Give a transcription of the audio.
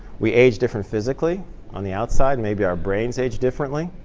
we age different physically on the outside, maybe our brains age differently.